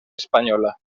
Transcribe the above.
espanyola